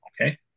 okay